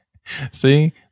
See